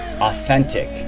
authentic